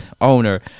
owner